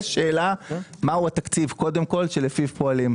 השאלה היא מהו התקציב שלפיו פועלים,